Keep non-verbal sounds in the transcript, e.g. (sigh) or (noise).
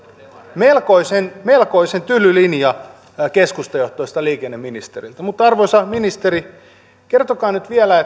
melkoisen melkoisen tyly linja keskustajohtoiselta liikenneministeriltä mutta arvoisa ministeri kertokaa nyt vielä (unintelligible)